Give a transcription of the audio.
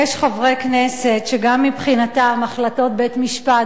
יש גם חברי כנסת שמבחינתם החלטות בית-משפט